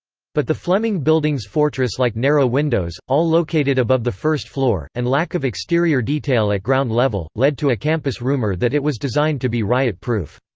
but the fleming building's fortress-like narrow windows, all located above the first floor, and lack of exterior detail at ground level, led to a campus rumor that it was designed to be riot-proof.